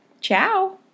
Ciao